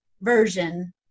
version